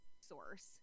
source